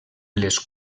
les